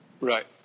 Right